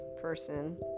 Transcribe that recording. person